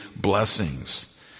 blessings